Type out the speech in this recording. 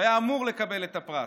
שהיה אמור לקבל את הפרס.